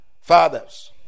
fathers